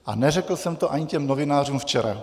A neřekl jsem to ani novinářům včera.